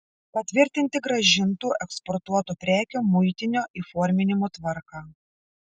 patvirtinti grąžintų eksportuotų prekių muitinio įforminimo tvarką